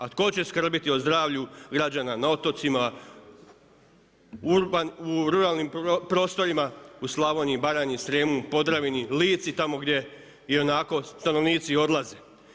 A tko će skrbiti o zdravlju građana, na otocima, u ruralnim prostorima, u Slavoniji, Baranji, Srijemu, Podravini, Lici, tamo gdje ionako stanovnici odlaze.